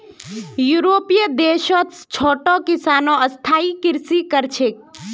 यूरोपीय देशत छोटो किसानो स्थायी कृषि कर छेक